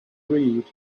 read